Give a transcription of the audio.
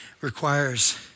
Requires